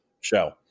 show